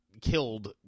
killed